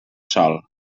sol